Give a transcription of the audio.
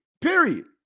period